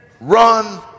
run